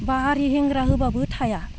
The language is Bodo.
बारि हेंग्रा होब्लाबो थाया